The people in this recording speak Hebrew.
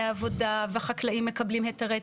עבודה והחקלאים מקבלים היתרי צידה.